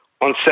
on